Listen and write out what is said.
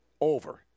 Over